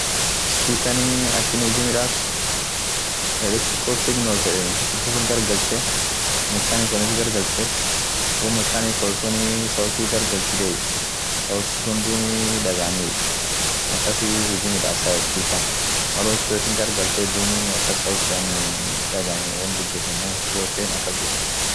GPS sinii global position system yeden. ak ishin huji midaasit network tumietie, network set lighty tumietie taa zungukitu woni sun ardhi zungukite dumii bare at jirt sun bare abootin sun feet, ama tinen mal at feet bare tante sun hubeno feet bare at jirt sun. ama bare bayaa hubeno feet woni sun tumietai GPS